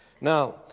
Now